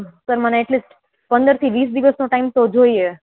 sir મને at least પંદરથી વીસ દિવસનો ટાઈમ તો જોઈએ